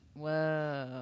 whoa